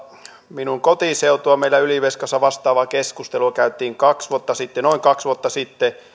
minun kotiseutuani meillä ylivieskassa vastaavaa keskustelua käytiin noin kaksi vuotta sitten